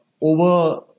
over